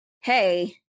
hey